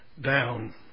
down